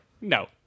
No